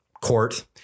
court